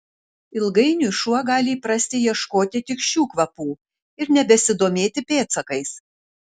ilgainiui šuo gali įprasti ieškoti tik šių kvapų ir nebesidomėti pėdsakais